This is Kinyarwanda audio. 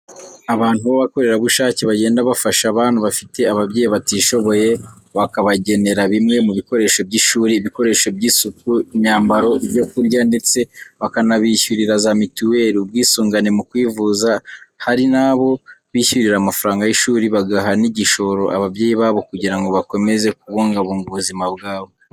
Abantu babakorerabushake bagenda bafasha abana bafite ababyeyi batishoboye, bakabagenera bimwe mu bikoresho by'ishuri, ibikoresho by'isuku, imyambaro, ibyo kurya ndetse bakanabishyurira za mituweli, ubwisungane mu kwivuza. Hari n'abo bishyurira amafaranga y'ishuri bagaha n'igishoro ababyeyi babo kugira ngo bakomeze kubungabunga ubuzima bwabo.